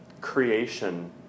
creation